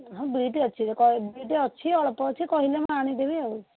ହଁ ବିଟ୍ ଅଛି ବିଟ୍ ଅଛି ଅଳ୍ପ ଅଛି କହିଲେ ମୁଁ ଆଣିଦେଵି ଆଉ